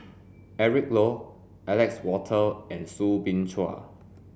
Eric Low Alexander Wolters and Soo Bin Chua